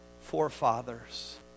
forefathers